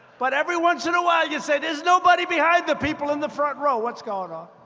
but every once in a while, you say, there's nobody behind the people in the front row. what's going on?